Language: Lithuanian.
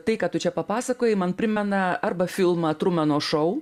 tai ką tu čia papasakojai man primena arba filmą trumano šou